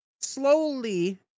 Slowly